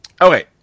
Okay